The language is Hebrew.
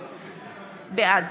בעד